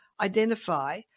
identify